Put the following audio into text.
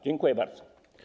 Dziękuję bardzo.